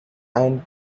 and